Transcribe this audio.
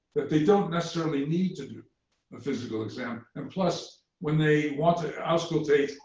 that they don't necessarily need to do a physical exam. and plus, when they want to auscultate,